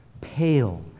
pale